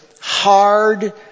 hard